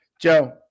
joe